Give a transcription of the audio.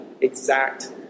exact